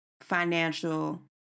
financial